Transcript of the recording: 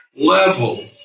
level